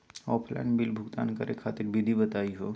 Offline bill भुगतान करे खातिर विधि बताही हो?